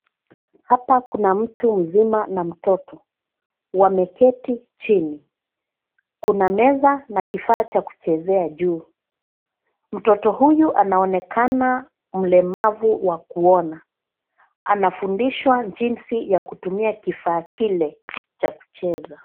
Hapa kuna mtu mzima na mtoto. Wameketi chini kuna meza na kifaa cha kuchezea juu. Mtoto huyu anaonekana mlemavu wa kuona. Anafundishwa jinsi ya kutumia kifaa kile cha kucheza.